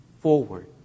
forward